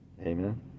Amen